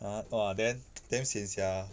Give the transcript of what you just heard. ah !whoa! then damn sian sia